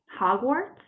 Hogwarts